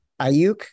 Ayuk